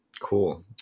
Cool